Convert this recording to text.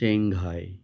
Shanghai